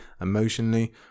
emotionally